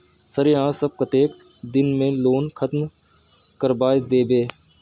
Sir यहाँ सब कतेक दिन में लोन खत्म करबाए देबे?